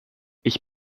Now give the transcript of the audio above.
ich